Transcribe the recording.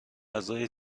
اعضای